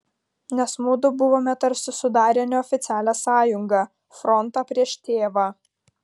nes mudu buvome tarsi sudarę neoficialią sąjungą frontą prieš tėvą